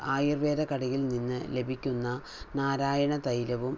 ആയുർവേദ കടയിൽ നിന്ന് ലഭിക്കുന്ന നാരായണ തൈലവും